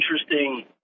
interesting